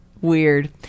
weird